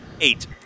Eight